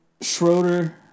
Schroeder